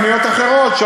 פניות אחרות,